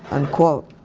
unquote.